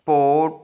sport